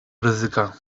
ryzyka